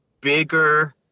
bigger